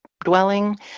dwelling